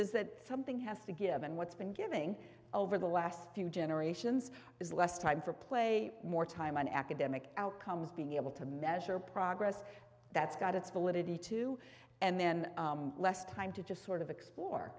is that something has to give and what's been giving over the last few generations is less time for play more time on academic outcomes being able to measure progress that's got its validity too and then less time to just sort of explore